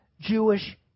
Jewish